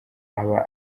aba